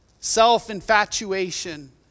self-infatuation